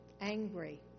angry